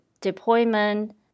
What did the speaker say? deployment